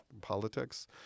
politics